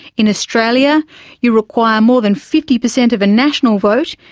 in australia you require more than fifty percent of a national vote,